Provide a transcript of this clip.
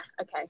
okay